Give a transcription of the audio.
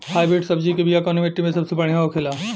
Hybrid सब्जी के बिया कवने मिट्टी में सबसे बढ़ियां होखे ला?